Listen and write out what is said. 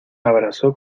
abrazó